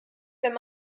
wenn